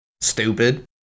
Stupid